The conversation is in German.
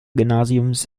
gymnasiums